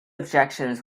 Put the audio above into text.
objections